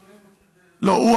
הוא,